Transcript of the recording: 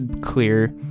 clear